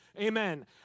Amen